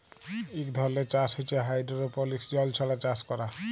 ইক ধরলের চাষ হছে হাইডোরোপলিক্স জল ছাড়া চাষ ক্যরে